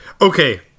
Okay